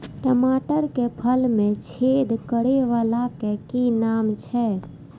टमाटर के फल में छेद करै वाला के कि नाम छै?